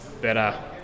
better